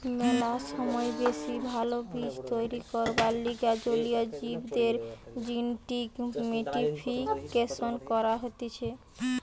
ম্যালা সময় বেশি ভাল জীব তৈরী করবার লিগে জলীয় জীবদের জেনেটিক মডিফিকেশন করা হতিছে